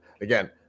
again